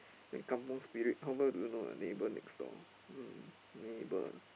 then kampung spirit how well do you know your neighbour next door hmm neighbour ah